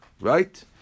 Right